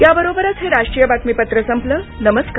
याबरोबरच हे राष्ट्रीय बातमीपत्र संपलं नमस्कार